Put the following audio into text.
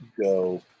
Go